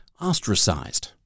ostracized